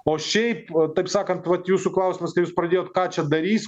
o šiaip taip sakant vat jūsų klausimas kai jūs pradėjot ką čia darys